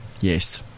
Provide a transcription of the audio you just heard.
Yes